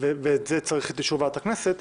ולשם כך יש צורך באישור ועדת הכנסת.